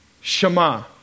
Shema